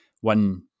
one